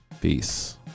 Peace